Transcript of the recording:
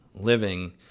living